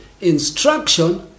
instruction